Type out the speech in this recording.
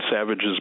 Savage's